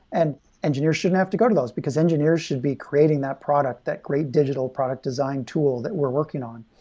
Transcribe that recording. and engineers shouldn't have to go to those, because engineers should be creating that product that create digital product design tool that we're working on.